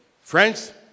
Friends